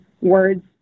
words